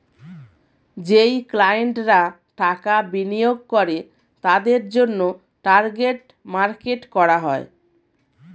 যেই ক্লায়েন্টরা টাকা বিনিয়োগ করে তাদের জন্যে টার্গেট মার্কেট করা হয়